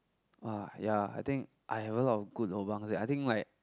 !wah! ya I think I have a lot of good lobangs eh I think like